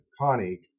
Connie